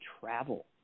travel